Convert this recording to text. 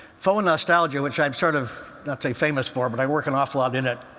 faux-nostalgia, which i'm sort of not, say, famous for, but i work an awful lot in it.